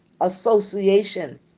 association